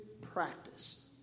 practice